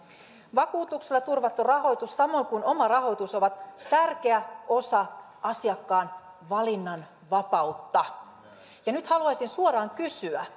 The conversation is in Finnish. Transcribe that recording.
vakuutuksella turvattu rahoitus samoin kuin oma rahoitus ovat tärkeä osa asiakkaan valinnanvapautta nyt haluaisin suoraan kysyä